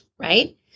Right